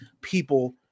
people